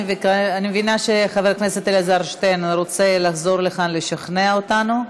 אני מבינה שחבר הכנסת אלעזר שטרן רוצה לחזור לכאן לשכנע אותנו.